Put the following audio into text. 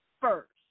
first